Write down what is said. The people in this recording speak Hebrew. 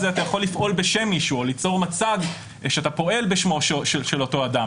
אתה יכול לפעול בשם מישהו או ליצור מצג שאתה פועל בשמו של אותו אדם.